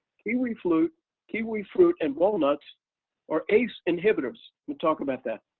kiwi fruit kiwi fruit and walnuts are ace inhibitors? we'll talk about that.